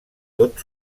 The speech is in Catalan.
tot